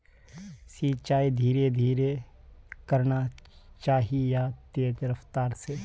सिंचाई धीरे धीरे करना चही या तेज रफ्तार से?